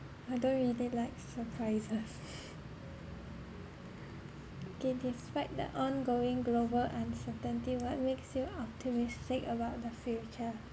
I don't really like surprises okay despite the ongoing global uncertainty what makes you optimistic about the future